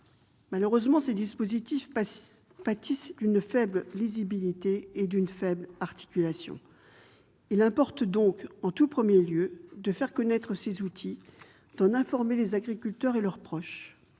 Malheureusement, ces dispositifs pâtissent d'une faible lisibilité et d'une faible articulation. Il importe donc, en tout premier lieu, de faire connaître ces outils aux agriculteurs et à leurs proches.